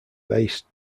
based